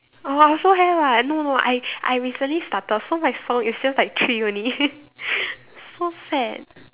oh I also have [what] no I I recently started so my song is just like three only so sad